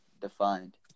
defined